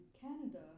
Canada